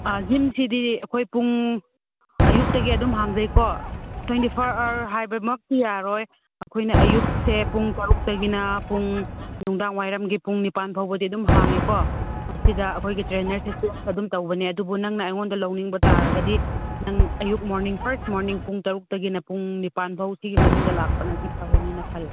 ꯑꯥ ꯖꯤꯝꯁꯤꯗꯤ ꯑꯩꯈꯣꯏ ꯄꯨꯡ ꯑꯌꯨꯛꯇꯒꯤ ꯑꯗꯨꯝ ꯍꯥꯡꯖꯩꯀꯣ ꯇ꯭ꯋꯦꯟꯇꯤ ꯐꯣꯔ ꯑꯋꯔ ꯍꯥꯏꯕꯃꯛꯇꯤ ꯌꯥꯔꯣꯏ ꯑꯩꯈꯣꯏꯅ ꯑꯌꯨꯛꯁꯦ ꯄꯨꯡ ꯇꯔꯨꯛꯇꯒꯤꯅ ꯄꯨꯡ ꯅꯨꯡꯗꯥꯡ ꯋꯥꯏꯔꯝꯒꯤ ꯄꯨꯡ ꯅꯤꯄꯥꯜ ꯐꯥꯎꯕꯗꯤ ꯑꯗꯨꯝ ꯍꯥꯡꯏꯀꯣ ꯃꯁꯤꯗ ꯑꯩꯈꯣꯏꯒꯤ ꯇ꯭ꯔꯦꯅꯔꯁꯦ ꯑꯗꯨꯝ ꯇꯧꯕꯅꯦ ꯑꯗꯨꯕꯨ ꯅꯪꯅ ꯑꯩꯉꯣꯟꯗ ꯂꯧꯅꯤꯡꯕ ꯇꯥꯔꯒꯗꯤ ꯅꯪ ꯑꯌꯨꯛ ꯃꯣꯔꯅꯤꯡ ꯐꯥꯔꯁ ꯃꯣꯔꯅꯤꯡ ꯄꯨꯡ ꯇꯔꯨꯛꯇꯒꯤꯅ ꯄꯨꯡ ꯅꯤꯄꯥꯜ ꯐꯥꯎ ꯁꯤꯒꯤ ꯃꯅꯨꯡꯗ ꯂꯥꯛꯄꯅꯗꯤ ꯐꯒꯅꯤꯅ ꯈꯜꯂꯦ